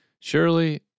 Surely